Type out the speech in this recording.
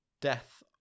death